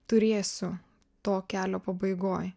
turėsiu to kelio pabaigoj